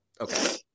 okay